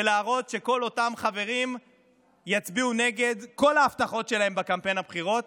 ולהראות שכל אותם חברים יצביעו נגד כל ההבטחות שלהם בקמפיין הבחירות.